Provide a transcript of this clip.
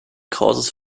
causes